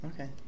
Okay